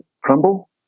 crumble